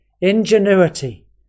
ingenuity